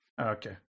Okay